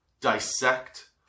dissect